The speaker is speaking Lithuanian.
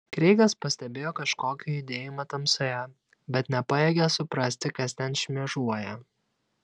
kreigas pastebėjo kažkokį judėjimą tamsoje bet nepajėgė suprasti kas ten šmėžuoja